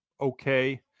okay